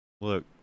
Look